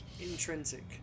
Intrinsic